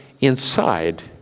inside